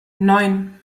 neun